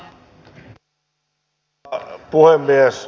arvoisa puhemies